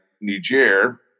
Niger